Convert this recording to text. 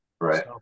Right